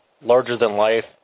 larger-than-life